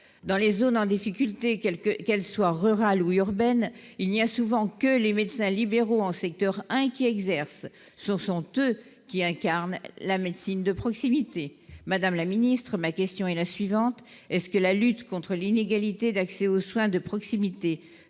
dans les zones en difficulté quelque qu'elle soit rurales ou urbaines, il y a souvent que les médecins libéraux en secteur 1 qui exerce ce sont eux qui incarne la médecine de proximité, madame la ministre ma question est la suivante est-ce que la lutte contre l'inégalité d'accès aux soins de proximité